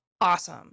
awesome